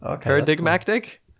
Paradigmatic